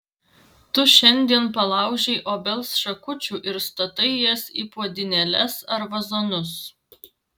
tu šiandien palaužei obels šakučių ir statai jas į puodynėles ar vazonus